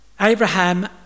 Abraham